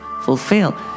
fulfill